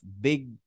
big